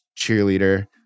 cheerleader